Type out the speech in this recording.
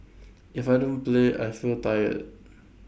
if I don't play I feel tired